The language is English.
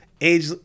age